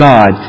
God